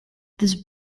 this